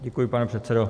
Děkuji, pane předsedo.